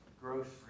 grocery